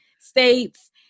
states